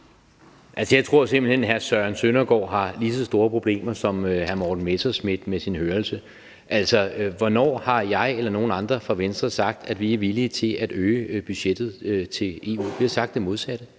Jeg tror simpelt hen, hr. Søren Søndergaard har lige så store problemer med sin hørelse som hr. Morten Messerschmidt. Altså, hvornår har jeg eller nogen andre fra Venstre sagt, at vi er villige til at øge budgettet til EU? Vi har sagt det modsatte.